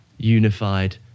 unified